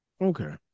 Okay